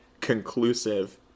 conclusive